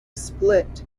split